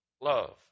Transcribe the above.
love